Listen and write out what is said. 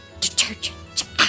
detergent